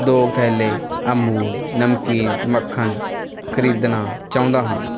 ਦੋ ਥੈਲੇ ਅਮੂਲ ਨਮਕੀਨ ਮੱਖਣ ਖ਼ਰੀਦਣਾ ਚਾਹੁੰਦਾ ਹਾਂ